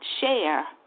share